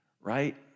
right